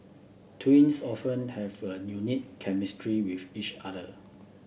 twins often have a unique chemistry with each other